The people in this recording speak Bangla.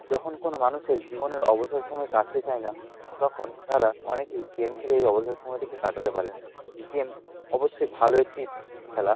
যখন কোনো মানুষের জীবনের অবসর সময় কাটতে চাই না তখন তারা অনেকেই গেম খেলে এই অবসর সময়টিকে কাটাতে পারেন গেম অবশ্যই ভালো একটি খেলা